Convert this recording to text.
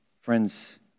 friends